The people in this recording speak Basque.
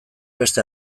beste